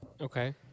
Okay